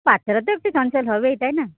বাচ্চারা তো একটু চঞ্চল হবেই তাই না